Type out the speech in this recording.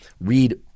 read